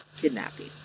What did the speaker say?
kidnapping